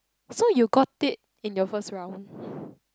so you got it in your first round